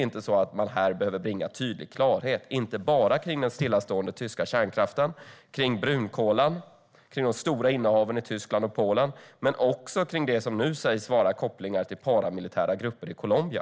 Behöver man inte bringa klarhet i frågorna om den stillastående tyska kärnkraften, om brunkolen, om de stora innehaven i Tyskland och Polen och om de påstådda kopplingarna till paramilitära grupper i Colombia?